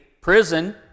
prison